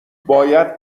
باید